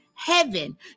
heaven